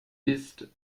ist